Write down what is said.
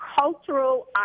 cultural